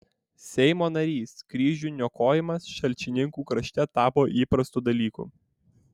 seimo narys kryžių niokojimas šalčininkų krašte tapo įprastu dalyku